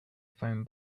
foam